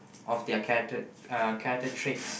of their character uh character traits